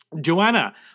Joanna